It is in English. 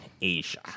Asia